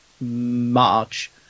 march